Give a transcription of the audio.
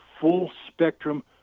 full-spectrum